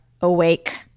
awake